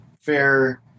fair